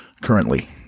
currently